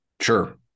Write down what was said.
sure